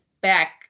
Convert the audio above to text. back